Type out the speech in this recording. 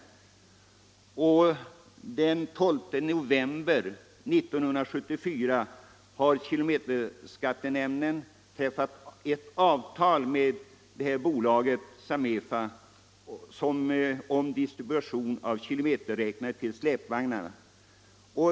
Den 12 november 1974 har kilometerskattenämnden träffat avtal med samma bolag om distribution av räknare till släpvagnarna.